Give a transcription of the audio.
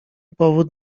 powód